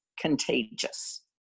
contagious